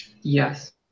Yes